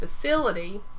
facility